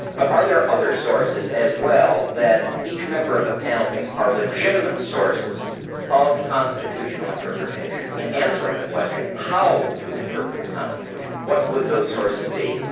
but are there other sources as well that each member of the panel thinks are legitimate sources of constitutional interpretation? in answering the question how to interpret the constitution, what would those sources be?